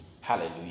hallelujah